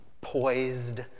poised